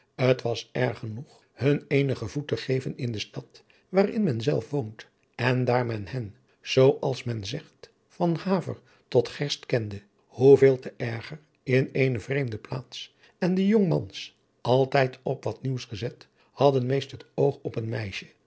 t was erg genoeg hun eenigen voet te geven in de stad waarin men zelf woont en daar men hen zoo als men zegt van haver tot garst kende hoeveel te erger in eene vreemde plaats en de jongmans altijd op wat nieuws gezet hadden meest het oog op een meisje